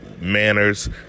manners